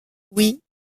oui